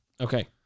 Okay